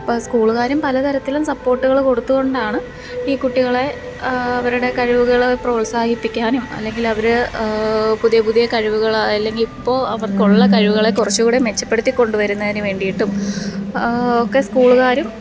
അപ്പം സ്കൂളുകാരും പല തരത്തിലും സപ്പോര്ട്ടുകൾ കൊടുത്തു കൊണ്ടാണ് ഈ കുട്ടികളെ അവരുടെ കഴിവുകൾ പ്രോത്സാഹിപ്പിക്കാനും അല്ലെങ്കിൽ അവർ പുതിയ പുതിയ കഴിവുകൾ അല്ലെങ്കിൽ ഇപ്പോൾ അവര്ക്കുള്ള കഴിവുകളെ കുറച്ചൂടെ മെച്ചപ്പെടുത്തി കൊണ്ട് വരുന്നതിന് വേണ്ടീട്ടും ഒക്കെ സ്കൂളുകാരും